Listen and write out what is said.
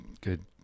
good